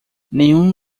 nenhum